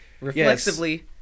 reflexively